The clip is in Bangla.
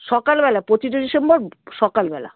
সকালবেলা পঁচিশে ডিসেম্বর সকালবেলা